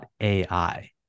.ai